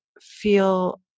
feel